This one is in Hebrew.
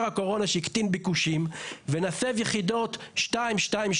הקורונה שהקטין ביקושים ונסב יחידות 2-2-2,